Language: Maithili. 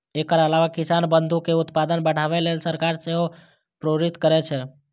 एकर अलावा किसान बंधु कें उत्पादन बढ़ाबै लेल सरकार सेहो प्रेरित करै छै